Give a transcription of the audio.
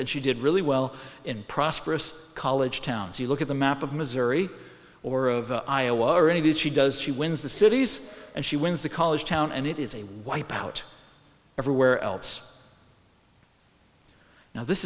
and she did really well in prosperous college towns you look at the map of missouri or of iowa or any of these she does she wins the cities and she wins the college town and it is a wipeout everywhere else now this